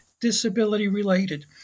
disability-related